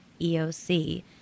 EOC